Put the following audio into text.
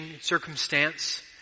circumstance